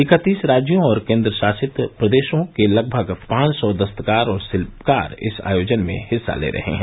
इकत्तीस राज्यों और केंद्र शासित प्रदेशों के लगभग पांच सौ दस्तकार और शिल्पकार इस आयोजन में हिस्सा ले रहे हैं